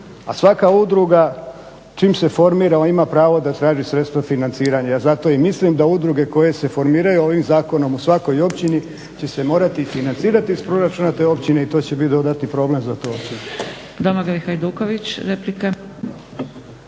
a svaka udruga čim se formira ima pravo da traži sredstva financiranja. Ja zato i mislim da udruge koje se formiraju ovim zakonom o svakoj općini će se morati financirati iz proračuna te općine i to će biti dodatni problem za tu